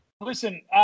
Listen